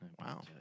Wow